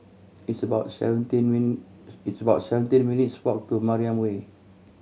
it's about seventeen it's about seventeen minutes' walk to Mariam Way